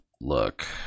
look